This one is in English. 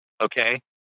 okay